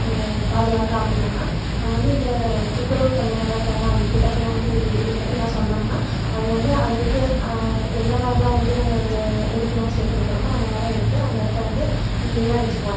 பாதுகாக்கலாம் அப்படினனா நம்ம வந்து இந்த துப்புரவு பணியாளர்கள்லாம் இருக்காங்கள் அவங்கக்கிட்ட போய் நம்ம வந்து இது இது பத்தின்னா சொன்னம்னால் அவங்க வந்து அதற்கு எந்தமாதிரிலாம் வந்து நம்ம இந்த எடுக்கணும் ஸ்டெப் எடுக்கணுமோ அந்த மாரிலாம் எடுத்து அந்த இடத்த வந்து கிளீனாக வச்சிக்குவாங்கள்